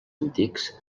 antics